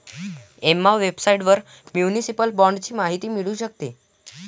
Emma वेबसाइटवर municipal बाँडची माहिती मिळू शकते